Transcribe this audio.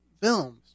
films